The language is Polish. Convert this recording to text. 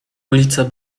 ulice